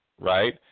right